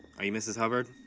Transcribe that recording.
are you mrs hubbard?